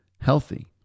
healthy